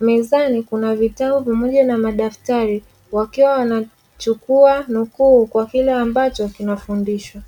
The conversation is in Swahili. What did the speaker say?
Mezani kuna vitabu pamoja na madaftari, wakiwa wanachukua nukuu kwa kile ambacho kinafundishwa.